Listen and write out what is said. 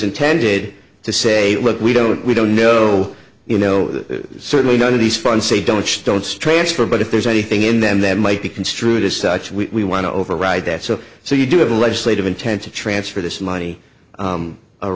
intended to say look we don't we don't know you know certainly none of these funds say don't stone strands for but if there's anything in them that might be construed as such we want to override that so so you do have a legislative intent to transfer this money